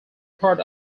part